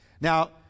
now